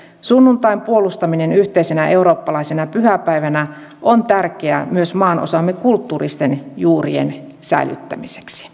sunnuntain puolustaminen yhteisenä eurooppalaisena pyhäpäivänä on tärkeä myös maanosamme kulttuuristen juurien säilyttämiseksi